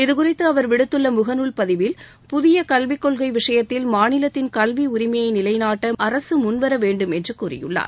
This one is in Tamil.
இதுகுறித்து அவா் விடுத்துள்ள முகநூல் பதிவில் புதிய கல்விகொள்கை விஷயத்தில் மாநிலத்தின் கல்வி உரிமையை நிலைநாட்ட மாநில அரசு முன்வர வேண்டும் என்று கூறியுள்ளார்